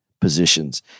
positions